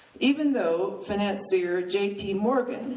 even though financier j p. morgan,